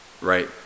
right